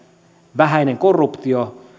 vähäinen korruptio